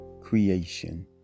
creation